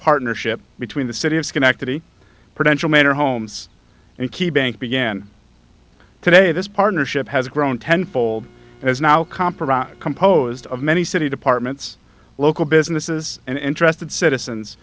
partnership between the city of schenectady potential major homes and key bank began today this partnership has grown ten fold as now compromise composed of many city departments local businesses and interested citizens